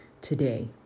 today